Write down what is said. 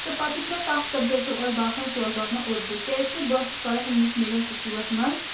تہٕ پَتہٕ یُس مےٚ ٹَف سَبجَکٹ اوس باسان سُہ اوس باسَان اردوٗ کِیازکہِ بہٕ ٲسٕس پَران اِنٛگلِش میٖڈیَم سکوٗلَس منٛز